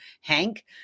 Hank